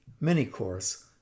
mini-course